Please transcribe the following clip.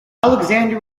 alexander